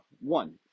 one